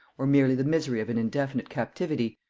or merely the misery of an indefinite captivity,